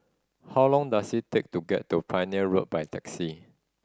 how long does it take to get to Pioneer Road by taxi